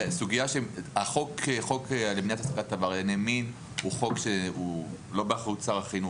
החוק למניעת העסקת עברייני מין הוא לא באחריות שר החינוך.